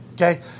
Okay